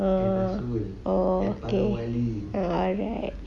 uh okay alright